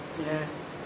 Yes